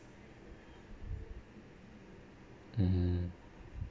mmhmm